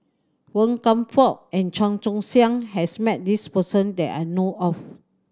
Wan Kam Fook and Chan Choy Siong has met this person that I know of